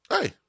hey